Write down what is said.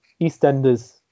EastEnders